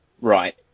right